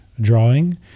Drawing